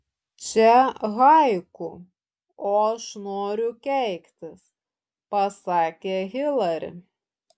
čia haiku o aš noriu keiktis pasakė hilari